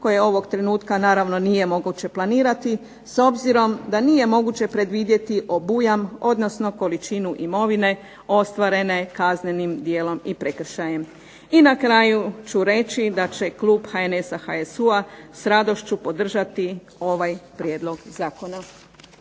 koje ovog trenutka naravno nije moguće planirati, s obzirom da nije moguće predvidjeti obujam, odnosno količinu imovine ostvarene kaznenim djelom i prekršajem. I na kraju ću reći da će klub HNS-a, HSU-a s radošću podržati ovaj prijedlog zakona.